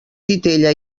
titella